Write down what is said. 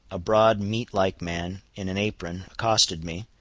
a broad meat-like man, in an apron, accosted me,